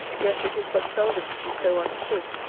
yet it is but seldom to be so understood.